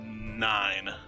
Nine